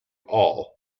all